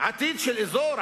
עתיד של אזור,